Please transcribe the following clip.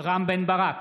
רם בן ברק,